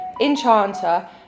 enchanter